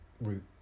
route